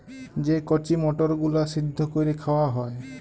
যে কঁচি মটরগুলা সিদ্ধ ক্যইরে খাউয়া হ্যয়